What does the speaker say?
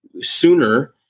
sooner